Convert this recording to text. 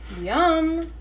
Yum